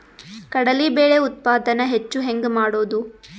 ಕಡಲಿ ಬೇಳೆ ಉತ್ಪಾದನ ಹೆಚ್ಚು ಹೆಂಗ ಮಾಡೊದು?